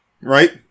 right